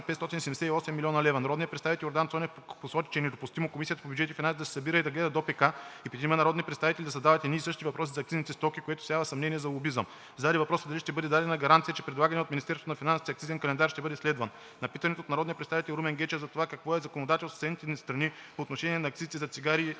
578 млн. лв. Народният представител Йордан Цонев посочи, че е недопустимо Комисията по бюджет и финанси да се събира и да гледа ДОПК и петима народни представители да задават едни и същи въпроси за акцизните стоки, което всява съмнения за лобизъм. Зададе въпроса дали ще бъде дадена гаранция, че предлаганият от Министерството на финансите акцизен календар ще бъде следван. На питането от народния представител Румен Гечев за това какво е законодателството в съседните ни страни по отношение на акцизите за цигари и